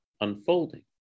unfolding